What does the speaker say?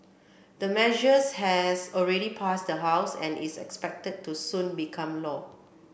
the measures has already passed the House and is expected to soon become law